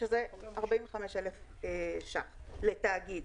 שזה 45,000 ש"ח לתאגיד.